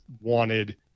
wanted